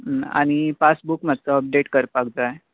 ह्म आनी पासबुक मात्सो अपडेट करपाक जाय